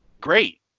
great